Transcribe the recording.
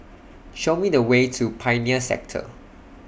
Show Me The Way to Pioneer Sector